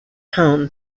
home